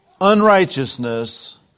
Unrighteousness